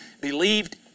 believed